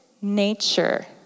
nature